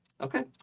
Okay